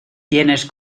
tienes